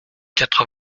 quatre